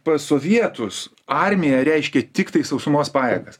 pas sovietus armija reiškė tiktai sausumos pajėgas